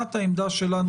מבחינת העמדה שלנו,